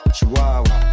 Chihuahua